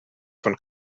von